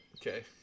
okay